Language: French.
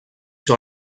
sur